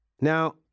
Now